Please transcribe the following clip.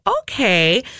okay